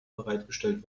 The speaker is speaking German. bereitgestellt